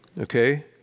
okay